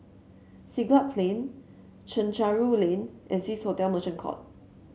Siglap Plain Chencharu Lane and Swissotel Merchant Court